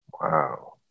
wow